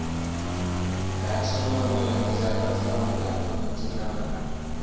టాక్సుల్లో మనం ఎంత జాగ్రత్తగా ఉంటే అంత మంచిదిరా నాన్న